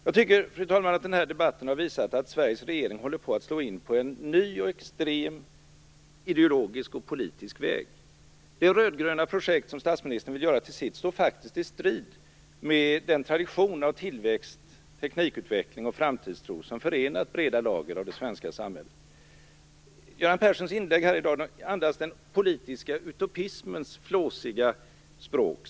Jag tycker, fru talman, att den här debatten har visat att Sveriges regering håller på att slå in på en ny och extrem ideologisk och politisk väg. Det röd-gröna projekt som statsministern vill göra till sitt står faktiskt i strid med den tradition av tillväxt, teknikutveckling och framtidstro som förenat breda lager av det svenska samhället. Göran Perssons inlägg här i dag andas den politiska utopismens flåsiga språk.